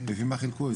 לפי מה חילקו.